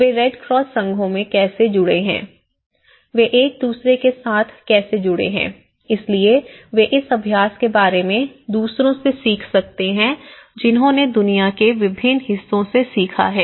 वे Red Cross संघों से कैसे जुड़े हैं वे एक दूसरे के साथ कैसे जुड़े हैं इसलिए वे इस अभ्यास के बारे में दूसरों से सीख सकते हैं जिन्होंने दुनिया के विभिन्न हिस्सों से सीखा है